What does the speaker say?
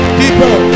deeper